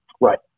Right